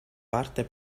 parte